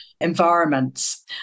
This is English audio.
environments